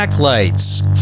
lights